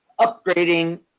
upgrading